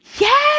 Yes